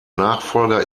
nachfolger